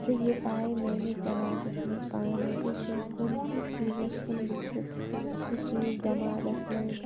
تہٕ یہِ آیہِ میٛٲنِس دٮ۪ماغَس منٛز پانٕے بہٕ چھُس کُنہِ تہِ چیٖزَس کُن وُچھِتھ سُہ چیٖز دٮ۪ماغَس منٛز